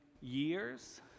years